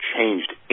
changed